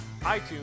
iTunes